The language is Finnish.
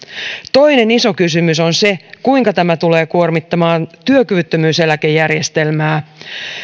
toinen iso kysymys on se kuinka tämä tulee kuormittamaan työkyvyttömyyseläkejärjestelmää